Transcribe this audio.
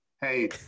Hey